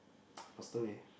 faster leh